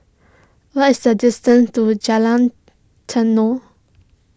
what is the distance to Jalan Tenon